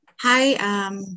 Hi